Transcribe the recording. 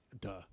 duh